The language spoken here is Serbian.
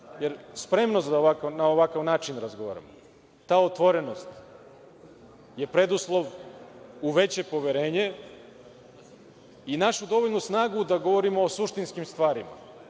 Jer, spremnost da na ovakav način razgovaramo, ta otvorenost, je preduslov u veće poverenje i našu dovoljnu snagu da govorimo o suštinskim stvarima,